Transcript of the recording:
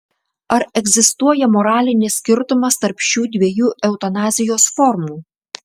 ar egzistuoja moralinis skirtumas tarp šių dviejų eutanazijos formų